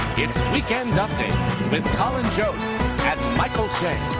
it's weekend update with colin jost and michael che.